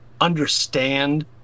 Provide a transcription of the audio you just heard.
understand